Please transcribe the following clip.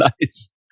Nice